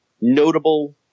notable